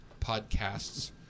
podcasts